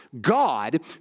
God